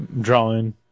drawing